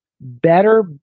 better